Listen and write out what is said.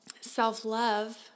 self-love